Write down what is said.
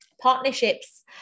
partnerships